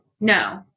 No